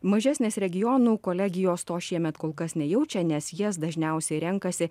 mažesnės regionų kolegijos to šiemet kol kas nejaučia nes jas dažniausiai renkasi